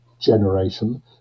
generation